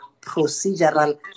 procedural